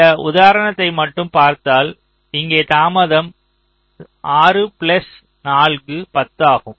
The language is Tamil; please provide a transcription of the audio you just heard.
இந்த உதாரணத்தை மட்டும் பார்த்தால் இங்கே தாமதம் 6 பிளஸ் 4 10 ஆகும்